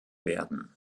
werden